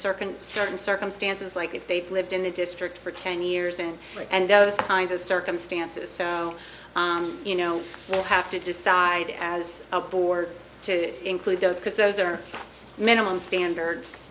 certain starting circumstances like if they've lived in the district for ten years and and those kinds of circumstances you know we'll have to decide as a board to include those because those are minimum standards